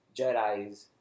jedis